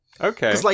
Okay